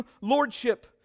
Lordship